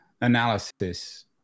analysis